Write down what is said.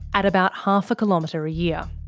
at about half a kilometre a year.